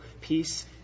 peace